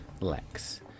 Lex